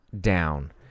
down